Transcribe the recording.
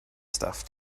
stuff